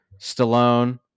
Stallone